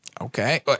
Okay